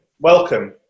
welcome